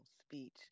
speech